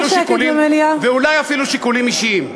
ואולי אפילו שיקולים אישיים,